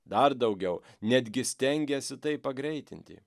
dar daugiau netgi stengėsi tai pagreitinti